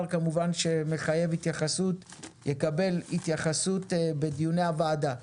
שכמובן מחייב התייחסות יקבל התייחסות בדיוני הוועדה.